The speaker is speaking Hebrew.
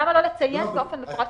למה לא לציין אותה באופן מפורש?